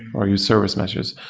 or use service meshes.